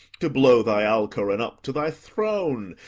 to blow thy alcoran up to thy throne,